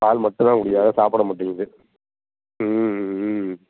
பால் மட்டும் தான் குடிக்கிது அதான் சாப்பிட மாட்டிக்கிது ம் ம்